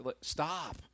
Stop